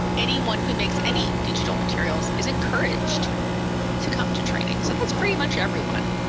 anyone who makes any digital materials is encouraged to come to training. so that's pretty much everyone.